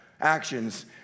actions